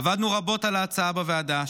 עבדנו רבות על ההצעה בוועדה,